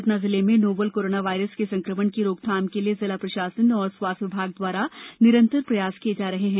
सतना जिले में novel corona virus के संक्रमण की रोकथाम के लिये जिला प्रशासन एवं स्वास्थ्य विभाग द्वारा निरंतर प्रयास किये जा रहे हैं